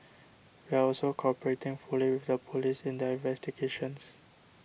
we are also cooperating fully with the police in their investigations